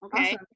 Okay